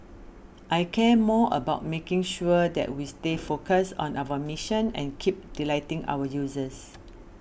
I care more about making sure that we stay focused on our mission and keep delighting our users